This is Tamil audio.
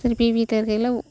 திருப்பியும் வீட்டில் இருக்கையில்